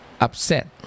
upset